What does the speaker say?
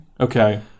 Okay